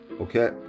okay